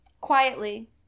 quietly